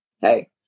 hey